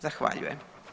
Zahvaljujem.